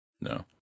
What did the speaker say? No